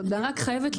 תודה על ההערה.